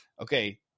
okay